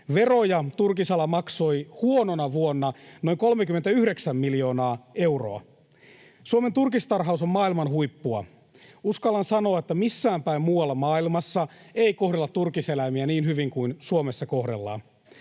Veroja turkisala maksoi huonona vuonna noin 39 miljoonaa euroa. Suomen turkistarhaus on maailman huippua. Uskallan sanoa, että missään päin muualla maailmassa ei kohdella turkiseläimiä niin hyvin kuin Suomessa kohdellaan.